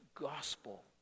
gospel